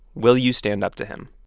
will you stand up to him?